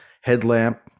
headlamp